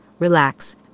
Relax